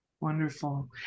Wonderful